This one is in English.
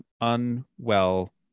unwell